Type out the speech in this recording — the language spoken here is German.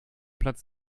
platz